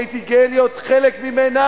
שהייתי גאה להיות חלק ממנה,